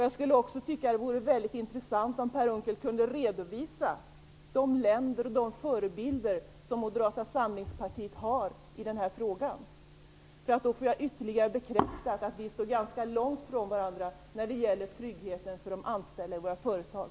Jag skulle tycka att det vore väldigt intressant om Per Unckel kunde redovisa de länder och de förebilder som Moderata samlingspartiet har i den här frågan. Då får jag ytterligare bekräftat att vi står ganska långt från varandra när det gäller tryggheten för de anställda i våra företag.